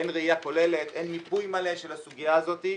אין ראייה כוללת, אין מיפוי מלא של הסוגיה הזאת.